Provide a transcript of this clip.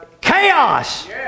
chaos